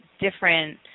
different